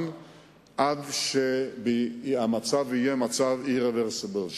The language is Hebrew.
יעבור עד שהמצב יהיה מצב irreversible,